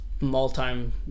multi